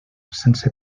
sense